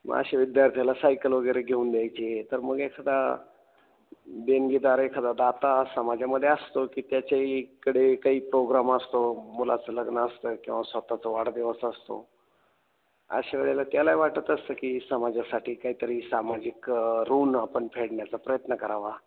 मग असे विद्यार्थ्याला सायकल वगैरे घेऊन द्यायचे तर मग एखादा देणगीदार एखादा दाता समाजामध्ये असतो की त्याच्या इकडे काही प्रोग्राम असतो मुलाचं लग्न असतं किंवा स्वतःचा वाढदिवस असतो असे वेळेला त्यालाही वाटत असतं की समाजासाठी काहीतरी सामाजिक ऋण आपण फेडण्याचा प्रयत्न करावा